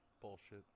bullshit